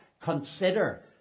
consider